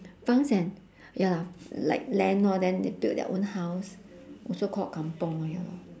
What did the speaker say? farms and ya lah like land all then they build their own house also called kampung ya lor